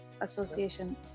association